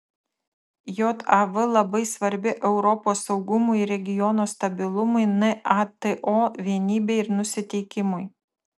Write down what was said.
jav labai svarbi europos saugumui ir regiono stabilumui nato vienybei ir nusiteikimui